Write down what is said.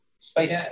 space